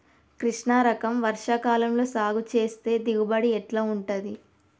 కృష్ణ రకం వర్ష కాలం లో సాగు చేస్తే దిగుబడి ఎట్లా ఉంటది?